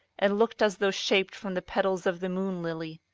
and looked as though shaped from the petals of the moon-lily.